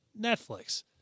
Netflix